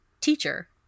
teacher